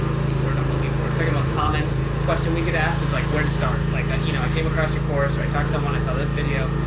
what's the word i'm looking for? second most common question we get asked is like where to start like ah you know, i came across your course or i talk someone i saw this video.